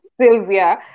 Sylvia